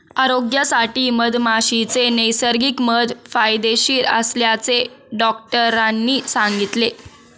आरोग्यासाठी मधमाशीचे नैसर्गिक मध फायदेशीर असल्याचे डॉक्टरांनी सांगितले